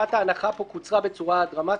תקופת ההנחה פה קוצרה בצורה דרמטית,